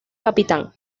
capitán